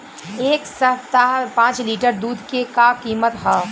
एह सप्ताह पाँच लीटर दुध के का किमत ह?